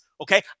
Okay